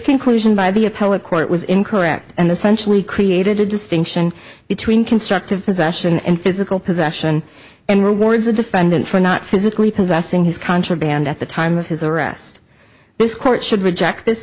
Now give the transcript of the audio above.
conclusion by the appellate court was incorrect and essential he created a distinction between constructive possession and physical possession and rewards the defendant for not physically possessing his contraband at the time of his arrest this court should reject this